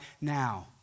now